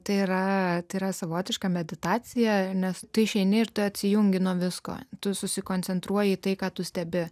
tai yra tai yra savotiška meditacija nes tu išeini ir tu atsijungi nuo visko tu susikoncentruoji į tai ką tu stebi